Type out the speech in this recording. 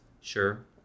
sure